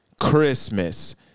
Christmas